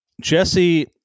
Jesse